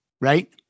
right